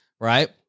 right